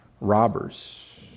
robbers